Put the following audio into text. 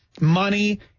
Money